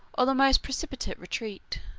or the most precipitate retreat.